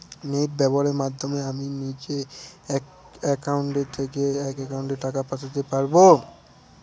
Net ব্যবহারের মাধ্যমে আমি নিজে এক অ্যাকাউন্টের থেকে অন্য অ্যাকাউন্টে টাকা পাঠাতে পারব?